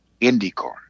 indycar